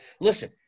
Listen